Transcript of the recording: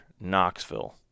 Knoxville